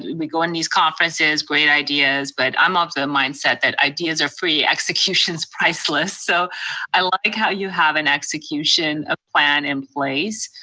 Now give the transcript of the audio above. we go into these conferences, great ideas, but i'm also a mindset that ideas are free, execution's priceless. so i like how you have an execution ah plan in place.